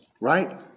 Right